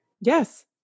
Yes